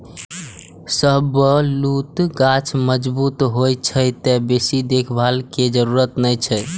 शाहबलूत गाछ मजगूत होइ छै, तें बेसी देखभाल के जरूरत नै छै